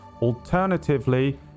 Alternatively